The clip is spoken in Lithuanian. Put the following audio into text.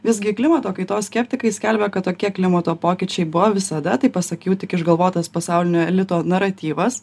visgi klimato kaitos skeptikai skelbia kad tokie klimato pokyčiai buvo visada taip pasakiau tik išgalvotas pasaulinio elito naratyvas